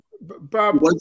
Bob